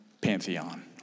pantheon